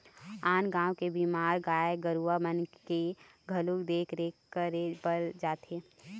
आन गाँव के बीमार गाय गरुवा मन के घलोक देख रेख करे बर जाथे